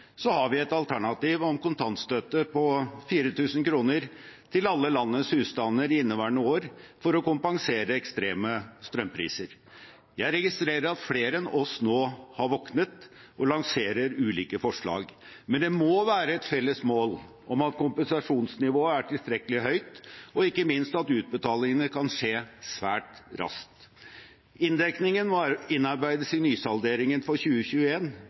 har vi et alternativ med kontantstøtte på 4 000 kr til alle landets husstander i inneværende år for å kompensere ekstreme strømpriser. Jeg registrerer at flere enn oss nå har våknet og lanserer ulike forslag, men det må være et felles mål om at kompensasjonsnivået er tilstrekkelig høyt, og ikke minst at utbetalingene kan skje svært raskt. Inndekningen må innarbeides i nysalderingen for